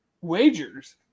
wagers